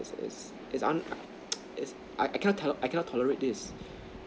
it's it's it's un~ it's I I cannot tole~ I cannot tolerate this